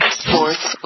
sports